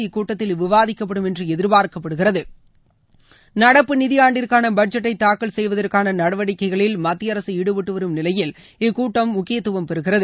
இக்கூட்டத்தில் விவாதிக்கப்படும் என்று எதிர்பார்க்கப்படுகிறது நடப்பு நிதியாண்டிற்கான பட்ஜெட்டை தாக்கல் செய்வதற்கான நடவடிக்கைகளில் மத்திய அரச ஈடுபட்டுவரும் நிலையில் இக்கூட்டம் முக்கியத்துவம் பெறுகிறது